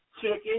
Chicken